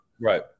Right